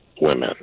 women